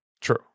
true